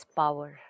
power